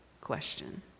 question